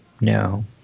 No